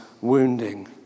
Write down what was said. wounding